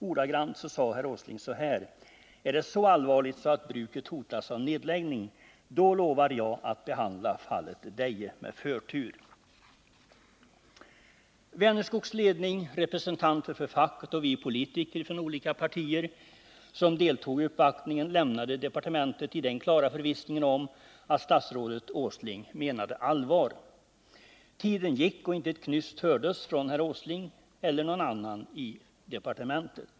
Ordagrant sade herr Åsling så här: Är det så allvarligt så att bruket hotas av nedläggning då lovar jag att behandla fallet Deje med förtur. Vänerskogs ledning, representanter för facket och vi politiker från olika partier som deltog i uppvaktningen lämnade departementet i den klara förvissningen att statsrådet Åsling menade allvar. Tiden gick och inte ett knyst hördes från herr Åsling eller någon annan i departementet.